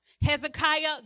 Hezekiah